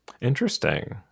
Interesting